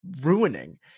ruining